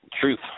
truth